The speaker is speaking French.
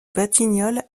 batignolles